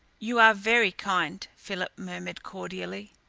you are very kind, philip murmured cordially.